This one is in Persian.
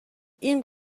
این